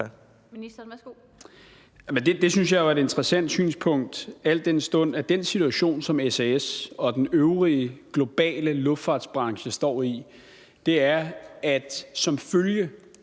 Det synes jeg jo er et interessant synspunkt, al den stund at den situation, som SAS og den øvrige globale luftfartsbranche står i, er, at som følge